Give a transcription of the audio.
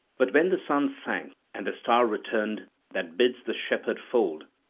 but when the sun sank and the star returned that bids the shepherd fold,